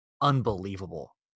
unbelievable